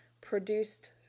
produced